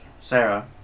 Sarah